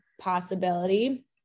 possibility